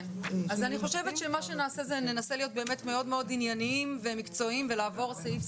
אני חושבת שננסה להיות מאוד מאוד ענייניים ומקצועיים ולעבור סעיף,